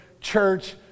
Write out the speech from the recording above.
Church